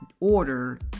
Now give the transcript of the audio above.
order